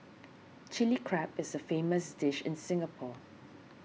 Chilli Crab is a famous dish in Singapore